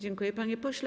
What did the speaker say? Dziękuję, panie pośle.